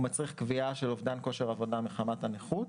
הוא מצריך קביעה של אובדן כושר עבודה מחמת הנכות.